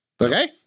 Okay